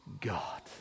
God